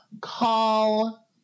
Call